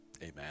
Amen